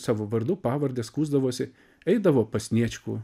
savo vardu pavarde skųsdavosi eidavo pas sniečkų